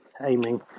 aiming